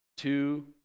two